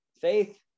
faith